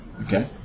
Okay